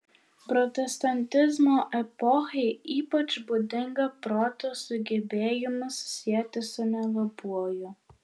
protestantizmo epochai ypač būdinga proto sugebėjimus sieti su nelabuoju